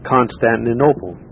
Constantinople